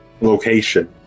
Location